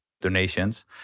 donations